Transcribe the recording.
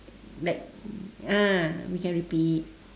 like ah we can repeat